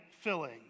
filling